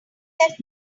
left